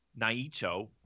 Naito